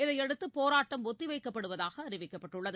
இதனையடுத்து போராட்டம் ஒத்திவைக்கப்படுவதாக அறிவிக்கப்பட்டுள்ளது